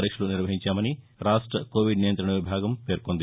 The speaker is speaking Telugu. పరీక్షలు నిర్వహించినట్లు రాష్ట్ర కోవిడ్ నియంగ్రతణ విభాగం పేర్కొంది